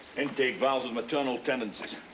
intake valves with maternal tendencies.